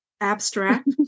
abstract